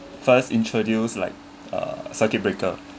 first introduced like a circuit breaker